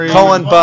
Colin